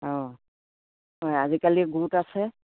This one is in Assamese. অঁ হয় আজিকালি গোট আছে